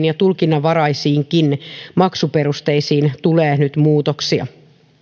ja tulkinnanvaraisiinkin maksuperusteisiin tulee nyt muutoksia